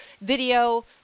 video